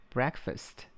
Breakfast